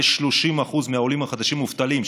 כ-30% מהעולים החדשים מובטלים,